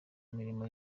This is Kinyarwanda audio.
mirimo